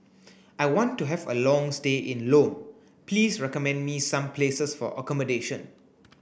I want to have a long stay in Lome please recommend me some places for accommodation